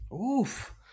Oof